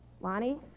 Lonnie